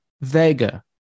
Vega